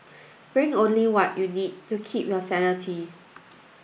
bring only what you need to keep your sanity